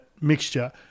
mixture